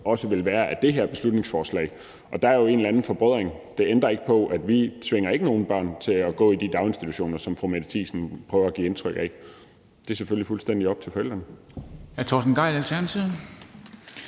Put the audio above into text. også vil være af det her beslutningsforslag, og der er jo en eller anden forbrødring. Det ændrer ikke på, at vi ikke tvinger nogen børn til at gå i de daginstitutioner, som fru Mette Thiesen prøver at give indtryk af. Det er selvfølgelig fuldstændig op til forældrene.